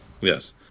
Yes